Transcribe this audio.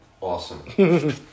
Awesome